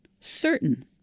certain